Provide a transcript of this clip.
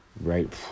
Right